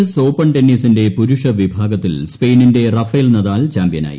S open ടെന്നീസിന്റെ പുരുഷവിഭാഗത്തിൽ സ്പെയിനിന്റെ റഫേൽ നദാൽ ചാമ്പ്യനായി